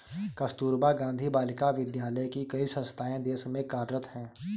कस्तूरबा गाँधी बालिका विद्यालय की कई संस्थाएं देश में कार्यरत हैं